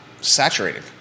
saturated